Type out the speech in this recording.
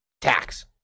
Tax